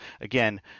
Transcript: again